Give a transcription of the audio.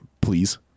Please